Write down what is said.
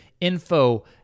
info